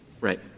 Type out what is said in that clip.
Right